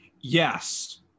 Yes